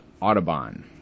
Audubon